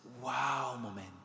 Wow-Moment